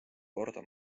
korda